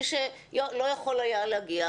מי שלא יכול היה להגיע,